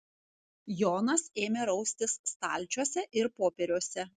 jonas ėmė raustis stalčiuose ir popieriuose